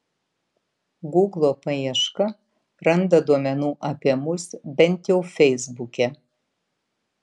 guglo paieška randa duomenų apie mus bent jau feisbuke